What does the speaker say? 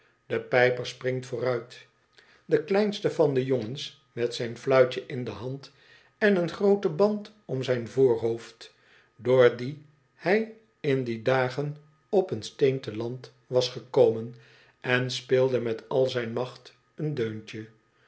de pijper springt vooruit de kleinste van de jongens met zijn fluitje in de hand en een groote band om zijn voorhoofd doordien bij in die dagen op een steen te land was gekomen en speelde met al zijn macht een deuntje